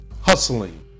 hustling